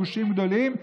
גושים גדולים,